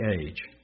age